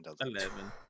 Eleven